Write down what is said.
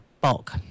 bulk